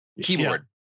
keyboard